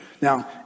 Now